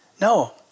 No